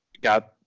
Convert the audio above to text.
got